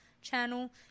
channel